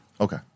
Okay